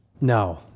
No